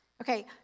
Okay